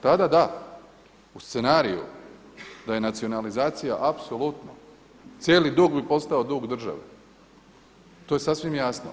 Tada da, u scenariju da je nacionalizacija apsolutno, cijeli dug bi posto dug države, to je sasvim jasno.